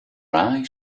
eyes